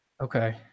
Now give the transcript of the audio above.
Okay